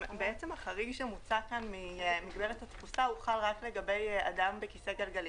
החריג שמוצע כאן במסגרת התפוסה חל רק לגבי אדם בכיסא גלגלים.